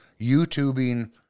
YouTubing